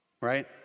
right